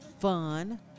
fun